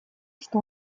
что